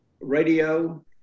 radio